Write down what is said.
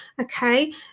Okay